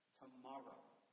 tomorrow